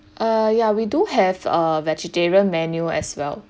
uh ya we do have a vegetarian menu as well